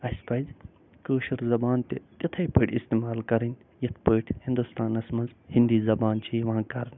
اَسہِ پَزِ کٲشِر زبان تہِ تِتھٕے پٲٹھۍ اِستعمال کَرٕنۍ یِتھٕ پٲٹھۍ ہندوستانس منٛز ہینٛدی زبان چھِ یِوان کَرنہٕ